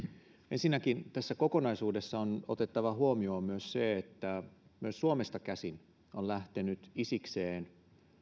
ensinnäkin tässä kokonaisuudessa on otettava huomioon myös se että myös suomesta käsin on lähtenyt isikseen